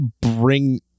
bring